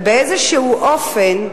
ובאיזה אופן,